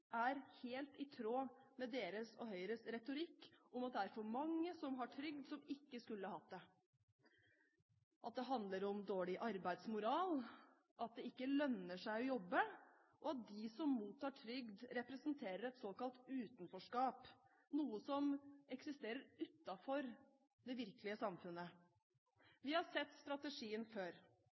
er helt i tråd med deres og Høyres retorikk om at det er for mange som har trygd, som ikke skulle hatt det, at det handler om dårlig arbeidsmoral, at det ikke lønner seg å jobbe, og at de som mottar trygd, representerer et såkalt utenforskap, noe som eksisterer utenfor det virkelige samfunnet. Vi har sett strategien før.